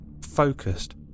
focused